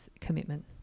commitment